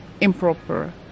improper